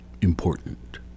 important